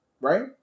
right